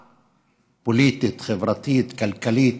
פוליטית, חברתית, כלכלית,